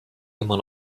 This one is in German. immer